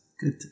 Good